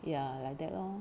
ya like that lor